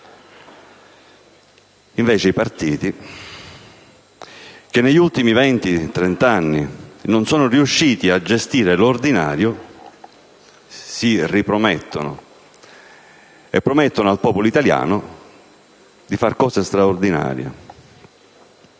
Invece i partiti, che negli ultimi venti-trent'anni non sono riusciti a gestire l'ordinario, si ripromettono e promettono al popolo italiano di fare cose straordinarie.